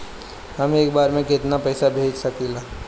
हम एक बार में केतना पैसा भेज सकिला?